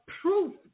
proof